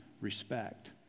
respect